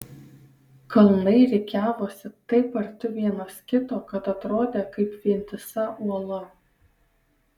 kalnai rikiavosi taip arti vienas kito kad atrodė kaip vientisa uola